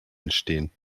entstehen